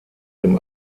dem